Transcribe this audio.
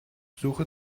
suche